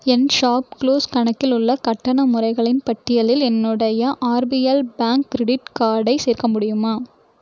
என் ShopClues கணக்கில் உள்ள கட்டண முறைகளின் பட்டியலில் என்னுடைய ஆர்பிஎல் பேங்க் கிரெடிட் கார்டை சேர்க்க முடியுமா